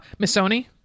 missoni